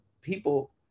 people